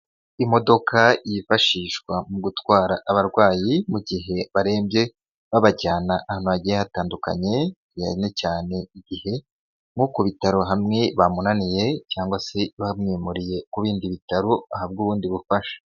Imodoka yifashishwa mu gutwara abarwayi mu gihe barembye babajyana ahantu hagiye hatandukanye cyane cyane igihe nko ku bitaro hamwe bamunaniye cyangwa se bamwimuriye ku bindi bitaro ahabwa ubundi bufasha.